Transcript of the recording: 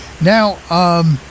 Now